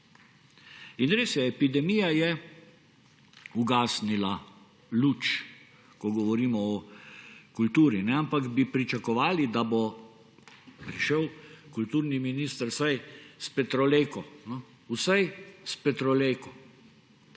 Res je, epidemija je ugasnila luč, ko govorimo o kulturi, ampak bi pričakovali, da bo prišel kulturni minister vsaj s petrolejko. Vsaj s petrolejko.